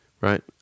Right